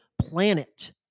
planet